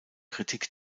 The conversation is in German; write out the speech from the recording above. kritik